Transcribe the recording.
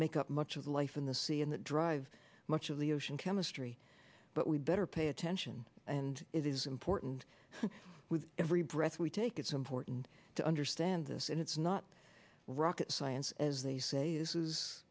make up much of life in the sea and that drive much of the ocean chemistry but we better pay attention and it is important with every breath we take it's important to understand this and it's not rocket science as they say this